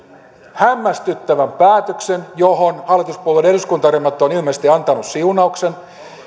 hämmästyttävän päätöksen johon hallituspuolueiden eduskuntaryhmät ovat ilmeisesti antaneet siunauksensa